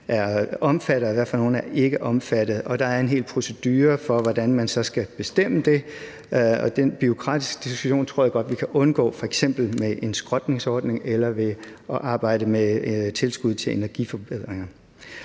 er omfattet, og hvilke er ikke omfattet? Og der er en hel procedure for, hvordan man så skal bestemme det. Den bureaukratiske diskussion tror jeg godt vi kan undgå f.eks. med en skrotningsordning eller ved at arbejde med tilskud til energiforbedringer.